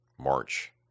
March